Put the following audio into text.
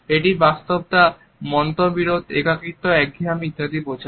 এটি ব্যস্ততা মতবিরোধ একাকীত্ব একঘেয়েমি ইত্যাদি বোঝায়